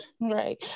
Right